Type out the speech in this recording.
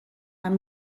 amb